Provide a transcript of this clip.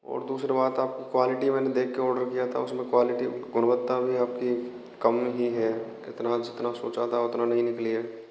और दूसरी बात आपकी क्वालिटी मैने देख कर आर्डर किया था उसमें क्वालिटी गुणवत्ता भी आपकी कम ही है इतना जितना सोचा था उतना नही निकली है